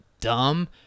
dumb